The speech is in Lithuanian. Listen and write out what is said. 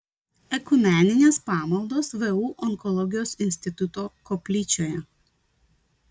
ekumeninės pamaldos vu onkologijos instituto koplyčioje